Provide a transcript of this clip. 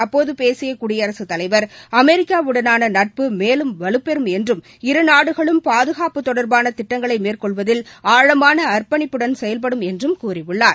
அப்போது பேசிய குடியரசுத் தலைவர் அமெரிக்காவுடனான நட்பு மேலும் வலுப்பெறும் என்றும் இரு நாடுகளும் பாதுகாப்பு தொடர்பான திட்டங்களை மேற்கொள்வதில் ஆழமான அர்ப்பணிப்புடன் செயல்படும் என்றும் கூறியுள்ளார்